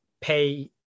pay